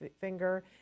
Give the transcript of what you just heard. finger